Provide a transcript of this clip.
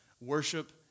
worship